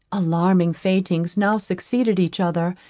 alarming faintings now succeeded each other,